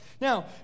Now